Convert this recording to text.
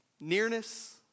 Nearness